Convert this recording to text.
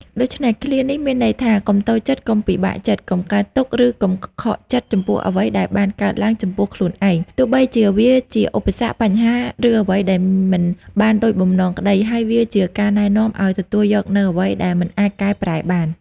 ដូច្នេះ ឃ្លានេះមានន័យថា កុំតូចចិត្ត កុំពិបាកចិត្ត កុំកើតទុក្ខ ឬកុំខកចិត្តចំពោះអ្វីដែលបានកើតឡើងចំពោះខ្លួនឯង ទោះបីជាវាជាឧបសគ្គ បញ្ហា ឬអ្វីដែលមិនបានដូចបំណងក្តី ហើយវាជាការណែនាំឱ្យទទួលយកនូវអ្វីដែលមិនអាចកែប្រែបាន។